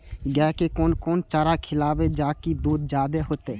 गाय के कोन कोन चारा खिलाबे जा की दूध जादे होते?